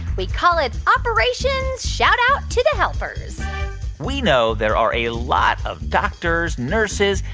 we call it operation shout-out to the helpers we know there are a lot of doctors, nurses,